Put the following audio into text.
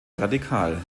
radikal